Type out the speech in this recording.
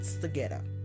together